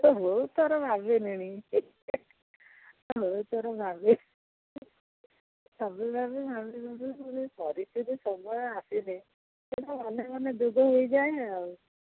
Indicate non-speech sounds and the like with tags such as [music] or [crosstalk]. ବହୁତ ଥର ଭାବିଲିଣି ବହୁତ ଥର ଭାବିଲିଣି ଭାବି ଭାବି [unintelligible] ସମୟ ଆସିଲେ ମନେ ମନେ ଯୋଗ ହୋଇଯାଏ ଆଉ